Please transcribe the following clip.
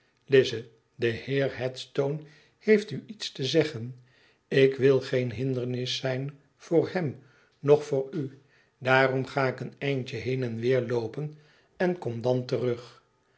lize de heer headstone heeft u iets te zeggen ik wil geen hindernis zijn voor hem noch voor u daarom ga ik een eindje heen en weer loopen en kom dan terug